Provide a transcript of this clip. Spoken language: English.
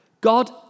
God